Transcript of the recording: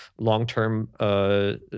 long-term